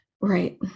Right